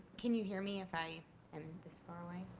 can you hear me if i am this far away?